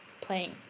playing